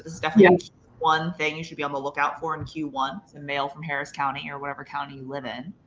this is definitely um one thing you should be on the lookout for in q one, a mail from harris county or whatever county you live in.